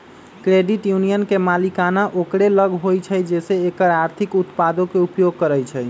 credit union के मलिकाना ओकरे लग होइ छइ जे एकर आर्थिक उत्पादों के उपयोग करइ छइ